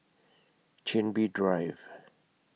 Chin Bee Drive